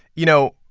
you know,